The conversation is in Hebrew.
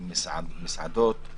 מסעדות,